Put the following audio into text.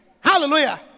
Hallelujah